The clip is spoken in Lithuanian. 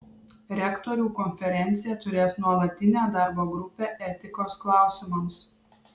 rektorių konferencija turės nuolatinę darbo grupę etikos klausimams